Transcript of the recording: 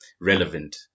relevant